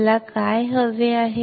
मला काय हवे आहे